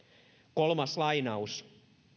kolmas lainaus